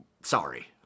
sorry